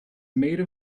made